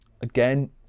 again